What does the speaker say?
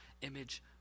image